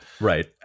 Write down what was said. Right